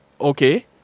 okay